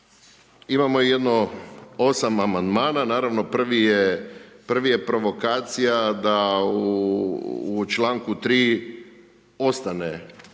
imamo i jedno 8 amandmana, naravno prvi je provokacija da u čl. 3. ostane